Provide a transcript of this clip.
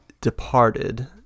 departed